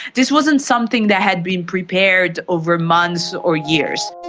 this wasn't something that had been prepared over months or years.